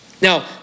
Now